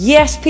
Yes